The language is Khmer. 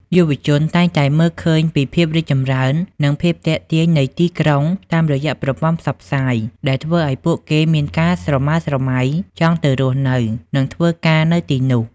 យុវជនតែងតែមើលឃើញពីភាពរីកចម្រើន និងភាពទាក់ទាញនៃទីក្រុងតាមរយៈប្រព័ន្ធផ្សព្វផ្សាយ ដែលធ្វើឲ្យពួកគេមានការស្រមើស្រមៃចង់ទៅរស់នៅ និងធ្វើការនៅទីនោះ។